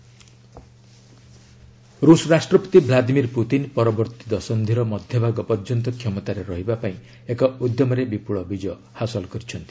Putin ଭିକ୍ନୋରି ରୁଷ ରାଷ୍ଟ୍ରପତି ଭ୍ଲାଦିମିର୍ ପୁତିନ୍ ପରବର୍ତ୍ତୀ ଦଶନ୍ଧିର ମଧ୍ୟଭାଗ ପର୍ଯ୍ୟନ୍ତ କ୍ଷମତାରେ ରହିବା ପାଇଁ ଏକ ଉଦ୍ୟମରେ ବିପୁଳ ବିଜୟ ହାସଲ କରିଛନ୍ତି